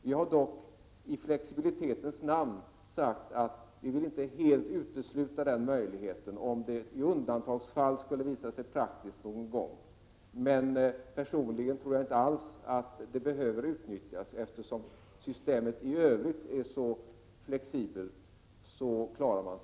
Vi har dock i flexibilitetens namn sagt att vi inte helt vill utesluta den möjligheten om det i undantagsfall, någon gång, skulle visa sig praktiskt med kvitto. Men personligen tror jag alltså inte att kvitto behöver utnyttjas, eftersom systemet i Övrigt är så flexibelt.